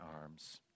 arms